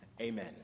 Amen